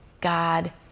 God